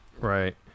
right